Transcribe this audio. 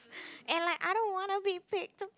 and like I don't wanna be picked